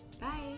Bye